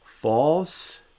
false